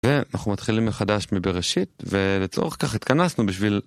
ואנחנו מתחילים מחדש מבראשית ולצורך כך התכנסנו בשביל